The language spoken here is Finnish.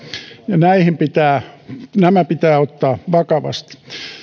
ja nämä pitää ottaa vakavasti